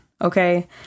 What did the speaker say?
Okay